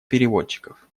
переводчиков